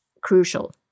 crucial